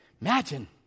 Imagine